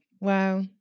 Wow